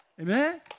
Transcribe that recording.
Amen